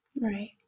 Right